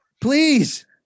Please